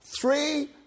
Three